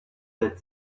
that